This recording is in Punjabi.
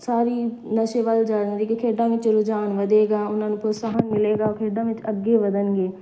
ਸਾਰੀ ਨਸ਼ੇ ਵੱਲ ਜਾ ਰਹੀ ਕਿ ਖੇਡਾਂ ਵਿੱਚ ਰੁਝਾਨ ਵਧੇਗਾ ਉਹਨਾਂ ਨੂੰ ਪ੍ਰੋਤਸਾਹਨ ਮਿਲੇਗਾ ਖੇਡਾਂ ਵਿੱਚ ਅੱਗੇ ਵਧਣਗੇ